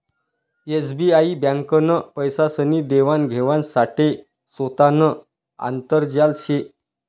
SBI ब्यांकनं पैसासनी देवान घेवाण साठे सोतानं आंतरजाल शे